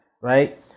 right